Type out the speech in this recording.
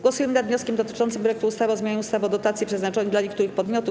Głosujemy nad wnioskiem dotyczącym projektu ustawy o zmianie ustawy o dotacji przeznaczonej dla niektórych podmiotów.